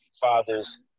fathers